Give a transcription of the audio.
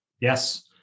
Yes